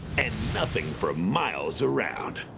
and nothing for miles around.